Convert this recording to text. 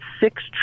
six